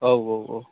औ औ औ